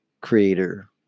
creator